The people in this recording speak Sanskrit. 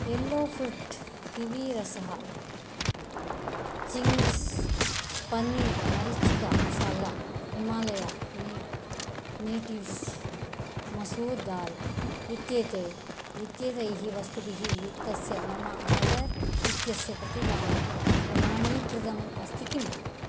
येल्लो फ्रुट् किवी रसः चिङ्ग्स् पन्नीर् मरीचिका मसाला हिमालया ने नेटीव्स् मसूर् दाल् इत्येते इत्येतैः वस्तुभिः युक्तस्य मम आर्डर् इत्यस्य प्रतिदानं प्रमाणीकृतम् अस्ति किम्